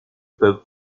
peuvent